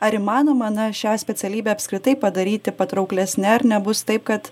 ar įmanoma na šią specialybę apskritai padaryti patrauklesne ar nebus taip kad